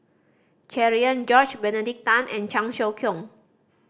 Cherian George Benedict Tan and Cheong Siew Keong